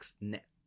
net